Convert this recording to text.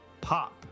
pop